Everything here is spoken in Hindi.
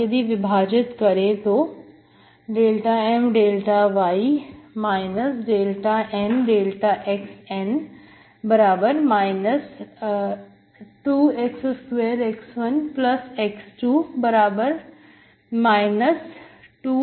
अब यदि विभाजित करें तो ∂M∂y ∂N∂xN 2x2x1x2 2 x1x2 और यह केवल x का फलन है